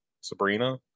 Sabrina